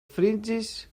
fringes